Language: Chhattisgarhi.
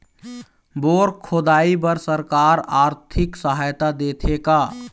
बोर खोदाई बर सरकार आरथिक सहायता देथे का?